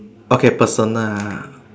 okay personal ah